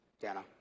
Dana